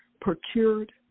procured